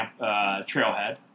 trailhead